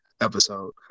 episode